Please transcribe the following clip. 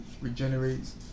regenerates